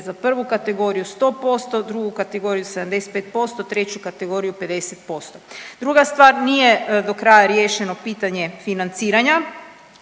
za prvu kategoriju 100%, drugu kategoriju 75%, treću kategoriju 50%. Druga stvar, nije do kraja riješeno pitanje financiranja,